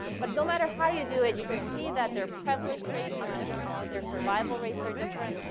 but no matter how you do it, you can see that their prevalence rates are different, their survival rates are different,